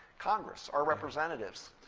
congress, our representatives.